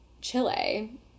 chile